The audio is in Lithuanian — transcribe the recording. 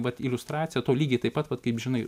vat iliustracija to lygiai taip pat vat kaip žinai